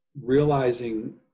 realizing